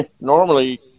normally